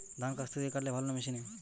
ধান কাস্তে দিয়ে কাটলে ভালো না মেশিনে?